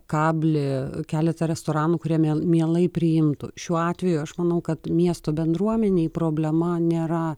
kablį keletą restoranų kurie miel mielai priimtų šiuo atveju aš manau kad miesto bendruomenei problema nėra